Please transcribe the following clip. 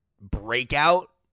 breakout